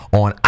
on